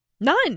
None